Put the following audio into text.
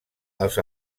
als